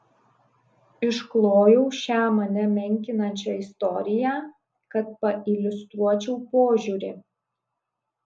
išklojau šią mane menkinančią istoriją kad pailiustruočiau požiūrį